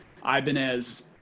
Ibanez